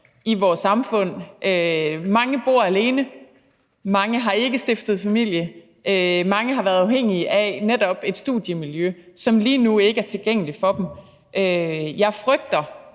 i vores samfund. Mange bor alene, mange har ikke stiftet familie, mange har været afhængige af netop et studiemiljø, som lige nu ikke er tilgængeligt for dem. Jeg frygter,